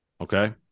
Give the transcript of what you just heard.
Okay